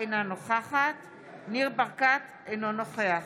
אינה נוכחת ניר ברקת, אינו נוכח